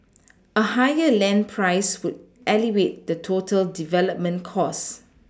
a higher land price would elevate the total development cost